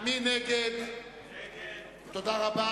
ירים את ידו.